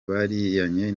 bagiranye